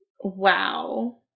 Wow